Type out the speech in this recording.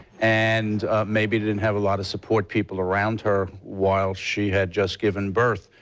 and maybe didn't have a lot of support, people around her while she had just given birth.